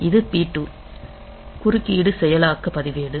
இது P2 குறுக்கீடு செயலாக்க பதிவேடு